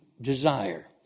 desire